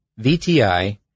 VTI